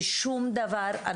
ושום דבר.